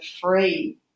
free